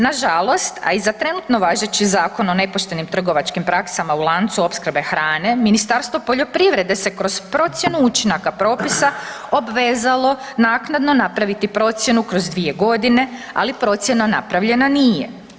Nažalost, a i za trenutno važeći zakon o nepoštenim trgovačkim praksama u lancu opskrbe hrane, Ministarstvo poljoprivrede se kroz procjenu učinaka propisa obvezalo naknadno napraviti procjenu kroz 2 godine, ali procjena napravljena nije.